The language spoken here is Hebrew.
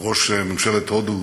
ראש ממשלת הודו,